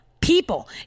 people